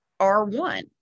R1